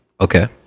Okay